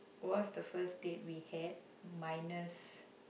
what was the first date we had minus